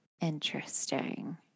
Interesting